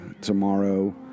tomorrow